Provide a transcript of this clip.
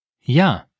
Ja